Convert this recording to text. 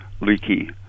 leaky